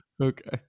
okay